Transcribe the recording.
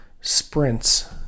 sprints